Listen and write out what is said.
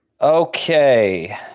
Okay